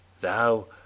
Thou